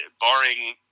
barring